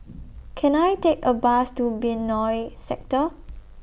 Can I Take A Bus to Benoi Sector